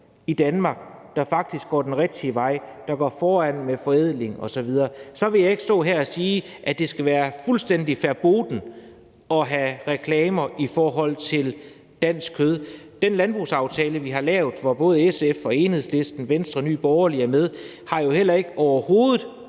i Danmark, der faktisk går den rigtige vej, som går foran med forædling osv., så vil jeg ikke stå her og sige, at det skal være fuldstændig verboten at have reklamer for dansk kød. Den landbrugsaftale, vi har lavet, hvor både SF, Enhedslisten, Venstre og Nye Borgerlige er med, har jo heller ikke overhovedet